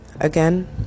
Again